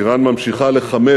איראן ממשיכה לחמש